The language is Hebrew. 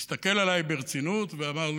הוא הסתכל עליי ברצינות ואמר לי: